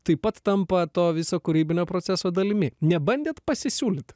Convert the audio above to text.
taip pat tampa to viso kūrybinio proceso dalimi nebandėt pasisiūlyt